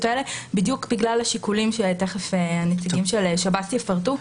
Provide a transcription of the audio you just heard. האלה בדיוק בגלל השיקולים שתכף הנציגים של השב"ס יפרטו.